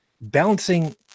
balancing